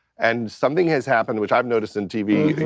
and something has happened which i've noticed in tv, you